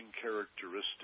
characteristics